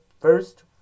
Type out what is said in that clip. first